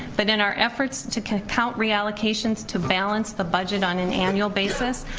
but in our efforts to count reallocations to balance the budget on an annual basis,